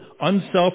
unselfish